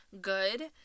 good